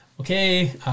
Okay